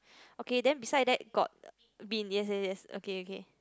okay then beside that got bin yes yes yes okay okay